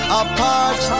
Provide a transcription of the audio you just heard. apart